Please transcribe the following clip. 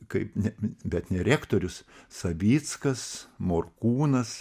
kaip ne bet ne rektorius savickas morkūnas